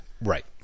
Right